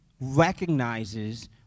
recognizes